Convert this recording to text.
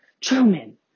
Truman